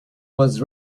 was